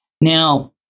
Now